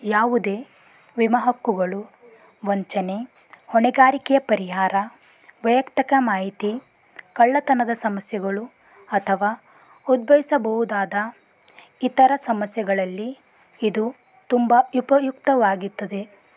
ಯಾವುದೇ ವಿಮೆ ಹಕ್ಕುಗಳು ವಂಚನೆ ಹೊಣೆಗಾರಿಕೆಯ ಪರಿಹಾರ ವೈಯಕ್ತಿಕ ಮಾಹಿತಿ ಕಳ್ಳತನದ ಸಮಸ್ಯೆಗಳು ಅಥವಾ ಉದ್ಭವಿಸಬಹುದಾದ ಇತರ ಸಮಸ್ಯೆಗಳಲ್ಲಿ ಇದು ತುಂಬ ಉಪಯುಕ್ತವಾಗುತ್ತದೆ